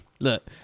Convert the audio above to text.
Look